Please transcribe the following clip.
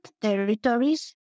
territories